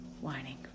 whining